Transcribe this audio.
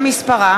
שמספרה